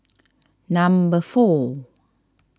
number four